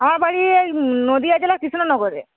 আমার বাড়ি এই নদিয়া জেলার কৃষ্ণনগরে